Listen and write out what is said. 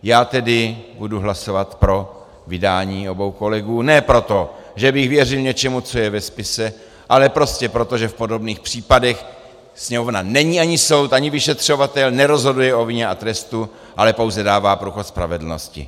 Já tedy budu hlasovat pro vydání obou kolegů ne proto, že by věřil něčemu, co je ve spise, ale prostě proto, že v podobných případech Sněmovna není ani soud, ani vyšetřovatel, nerozhoduje o vině a trestu, ale pouze dává průchod spravedlnosti.